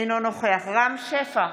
אינו נוכח רם שפע,